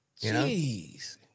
Jeez